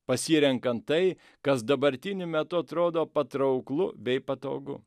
pasirenkant tai kas dabartiniu metu atrodo patrauklu bei patogu